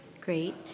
great